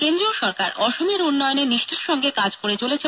কেন্দ্রীয় সরকার অসমের উন্নয়নে নিষ্ঠার সঙ্গে কাজ করে চলেছে